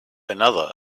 another